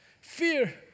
Fear